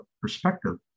perspective